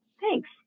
thanks